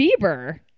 Bieber